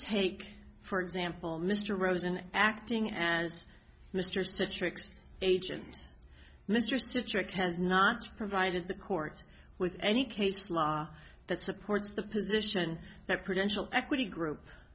take for example mr rosen acting as mr citrix agent mr sitrick has not provided the court with any case law that supports the position that credential equity group